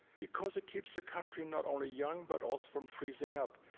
because it keeps the country not only young but also from freezing up.